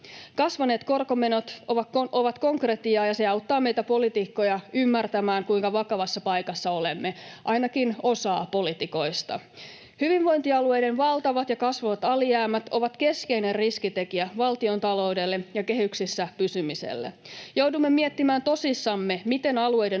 Kasvaneet korkomenot ovat konkretiaa, ja se auttaa meitä poliitikkoja ymmärtämään, kuinka vakavassa paikassa olemme — ainakin osaa poliitikoista. Hyvinvointialueiden valtavat ja kasvavat alijäämät ovat keskeinen riskitekijä valtiontaloudelle ja kehyksissä pysymiselle. Joudumme miettimään tosissamme, miten alueiden